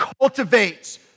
cultivates